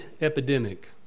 epidemic